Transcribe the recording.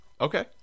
Okay